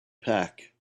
pack